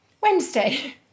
Wednesday